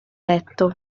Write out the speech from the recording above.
letto